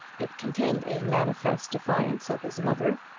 it contained a manifest defiance of his mother,